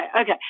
okay